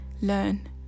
learn